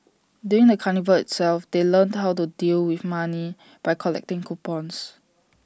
during the carnival itself they learnt how to deal with money by collecting coupons